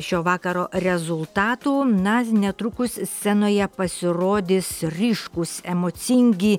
šio vakaro rezultatų na netrukus scenoje pasirodys ryškūs emocingi